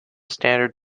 standard